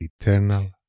eternal